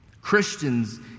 Christians